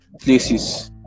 places